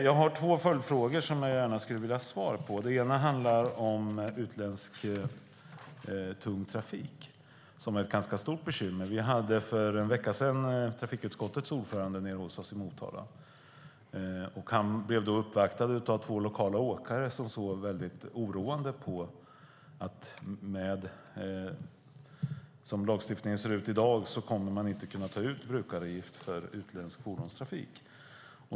Jag har två följfrågor som jag gärna skulle vilja ha svar på. Den ena handlar om utländsk tung trafik som är ett ganska stort bekymmer. Vi hade för en vecka sedan trafikutskottets ordförande hos oss i Motala. Han blev uppvaktad av två lokala åkare som såg mycket oroande på att man, som lagstiftningen ser ut i dag, inte kommer att kunna ta ut brukaravgift för utländsk fordonstrafik.